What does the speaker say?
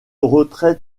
retrait